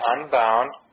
unbound